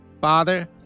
Father